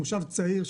מושב צעיר,